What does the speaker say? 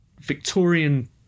Victorian